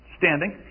standing